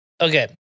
Okay